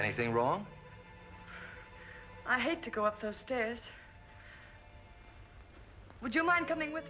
anything wrong i had to go up the stairs would you mind coming with